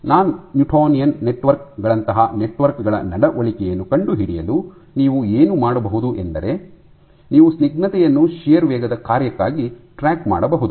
ನಾನ್ Newtonian network ಗಳಂತಹ network ಗಳ ನಡವಳಿಕೆಯನ್ನು ಕಂಡುಹಿಡಿಯಲು ನೀವು ಏನು ಮಾಡಬಹುದು ಎಂದರೆ ನೀವು ಸ್ನಿಗ್ಧತೆಯನ್ನು ಶಿಯರ್ ವೇಗದ ಕಾರ್ಯವಾಗಿ ಟ್ರ್ಯಾಕ್ ಮಾಡಬಹುದು